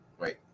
Wait